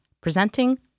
presenting